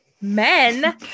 men